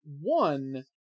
one